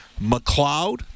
McLeod